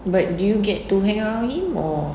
like do you get to hang around him or